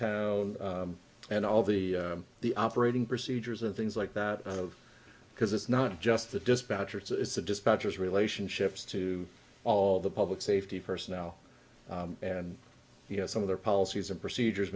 third and all the the operating procedures and things like that of because it's not just the dispatcher it's the dispatchers relationships to all the public safety personnel and you know some of their policies and procedures